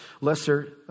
lesser